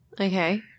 Okay